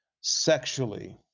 sexually